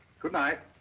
good night.